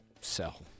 Sell